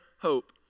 hope